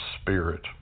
Spirit